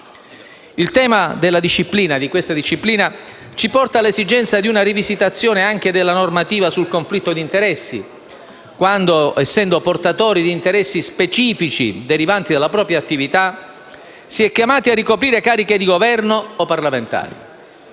Il tema di questa disciplina ci porta all'esigenza di una rivisitazione della normativa sul conflitto d'interessi, quando, essendo portatori di interessi specifici derivanti dalla propria attività, si è chiamati a ricoprire cariche di Governo o parlamentari.